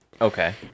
Okay